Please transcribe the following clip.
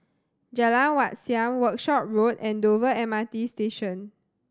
Jalan Wat Siam Workshop Road and Dover M R T Station